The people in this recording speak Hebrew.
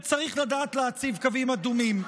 וצריך לדעת להציב קווים אדומים.